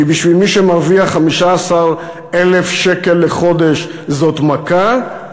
כי בשביל מי שמרוויח 15,000 שקל לחודש זאת מכה,